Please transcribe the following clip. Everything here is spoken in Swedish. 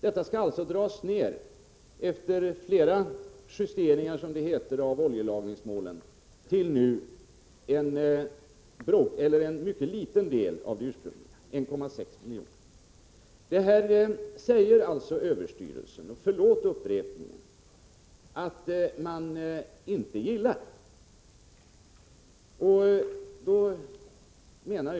Efter flera justeringar av oljelagringsmålen, som det heter, skall det nu ske en neddragning till en mycket liten mängd av den ursprungliga, nämligen 1,6 miljoner m?. Förlåt upprepningen, men ÖEF ogillar denna ytterligare neddragning.